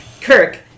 Kirk